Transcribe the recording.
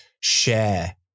share